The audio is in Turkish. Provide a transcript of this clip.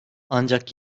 ancak